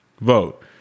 vote